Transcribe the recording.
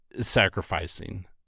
sacrificing